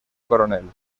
coronel